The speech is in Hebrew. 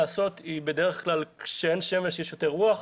כשאין שמש יש יותר רוח